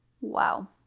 Wow